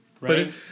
right